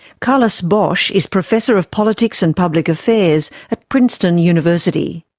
carles boix is professor of politics and public affairs at princeton university.